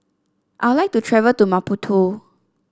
I would like to travel to Maputo